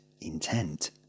intent